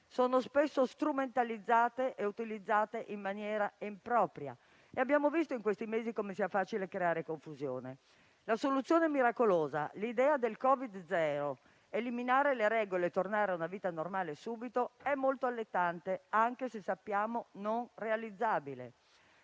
sono spesso strumentalizzate e utilizzate in maniera impropria. Abbiamo visto, in questi mesi, come sia facile creare confusione. La soluzione miracolosa, l'idea del Covid zero, di eliminare le regole e tornare a una vita normale subito è molto allettante, anche se sappiamo non realizzabile.